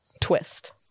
Twist